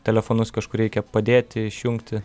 telefonus kažkur reikia padėti išjungti